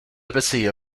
liberty